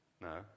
No